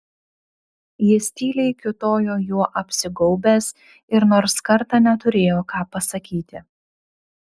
jis tyliai kiūtojo juo apsigaubęs ir nors kartą neturėjo ką pasakyti